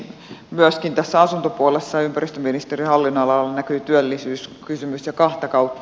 myöskin tässä asuntopuolessa ympäristöministeriön hallinnonalalla näkyy työllisyyskysymys ja kahta kautta